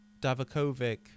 Davakovic